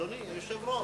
אדוני היושב-ראש.